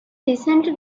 recently